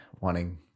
wanting